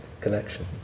connection